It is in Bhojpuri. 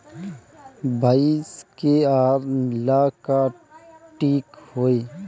भइस के आहार ला का ठिक होई?